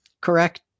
correct